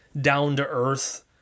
down-to-earth